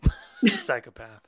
psychopath